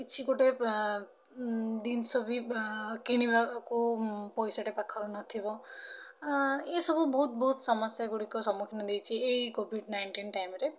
କିଛି ଗୋଟେ ଜିନିଷ ବି କିଣିବାକୁ ପଇସାଟେ ପାଖରେ ନଥିବ ଏଇସବୁ ବହୁତ ବହୁତ ସମସ୍ୟା ଗୁଡ଼ିକ ସମ୍ମୁଖୀନ ଦେଇଛି ଏଇ କୋଭିଡ୍ ନାଇନଣ୍ଟିନ୍ ଟାଇମ୍ ରେ